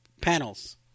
Panels